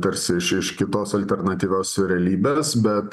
tarsi iš iš kitos alternatyvios realybės bet